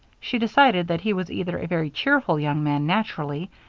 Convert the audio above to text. she decided that he was either a very cheerful young man naturally,